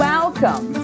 Welcome